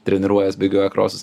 treniruojas bėgioja krosus